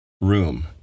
room